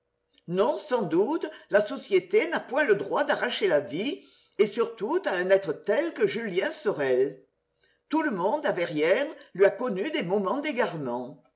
non sans doute la société n'a point le droit d'arracher la vie et surtout à un être tel que julien sorel tout le monde à verrières lui a connu des moments